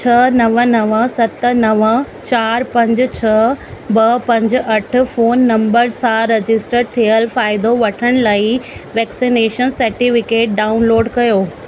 छह नव नव सत नव चार पंज छह ॿ पंज अठ फोन नंबर सां रजिस्टर थियल फ़ाइदो वठण लाइ वैक्सनेशन सर्टिफिकेट डाउनलोड कयो